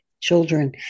children